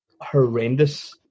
horrendous